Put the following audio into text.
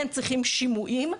הם צריכים שימועים.